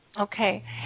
Okay